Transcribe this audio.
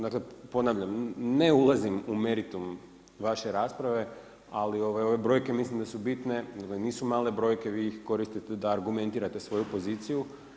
Dakle, ponavljam, ne ulazim u meritum vaše rasprave, ali ove brojke mislim da su bitne, nisu male brojke, vi ih koristite da argumentirate svoju poziciju.